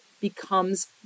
becomes